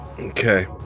Okay